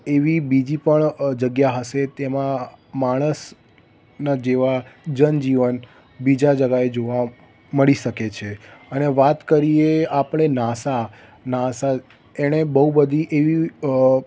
એવી બીજી પણ જગ્યા હશે તેમાં માણસનાં જેવાં જનજીવન બીજા જગાએ જોવા મળી શકે છે અને વાત કરીએ આપણે નાસા નાસા એણે બહુ બધી એવી